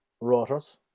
rotors